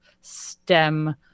stem